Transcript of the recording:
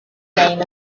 game